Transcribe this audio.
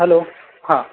hello હા